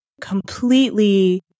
completely